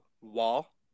wall